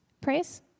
Praise